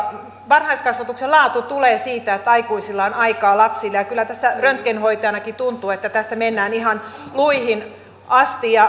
varhaiskasvatuksen laatu tulee siitä että aikuisilla on aikaa lapsille ja kyllä tässä röntgenhoitajanakin tuntuu että tässä mennään ihan luihin asti